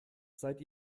seid